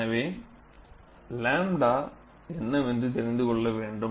எனவே 𝝺 என்னவென்று தெரிந்து கொள்ள வேண்டும்